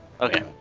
Okay